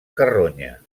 carronya